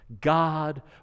God